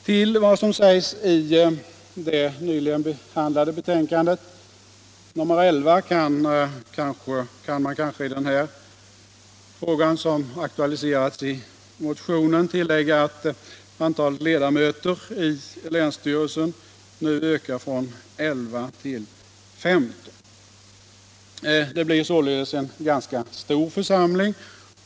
Utöver vad som sägs i utskottets betänkande nr 11 kan man kanske, när det gäller den fråga som aktualiseras i denna moderatmotion, tillägga att antalet ledamöter i länsstyrelsen nu ökar från 11 till 15. Det blir således en ganska stor församling.